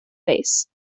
face